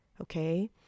Okay